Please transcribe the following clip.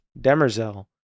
Demerzel